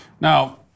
Now